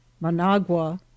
Managua